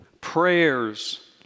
prayers